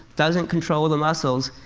doesn't control the muscles.